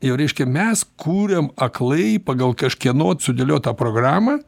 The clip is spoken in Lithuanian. jau reiškia mes kuriam aklai pagal kažkieno d sudėliotą programą